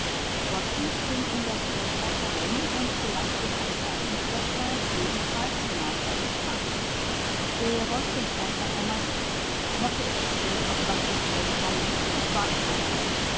gottfried ging um das zeughaus herum und gelangte durch ein seitenpförtlein ebenfalls hinaus auf die straße er wollte den freund noch einmal sehen mochte er zu spät auf barthels feld kommen es war ihm einerlei